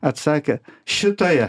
atsakė šitoje